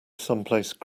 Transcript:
someplace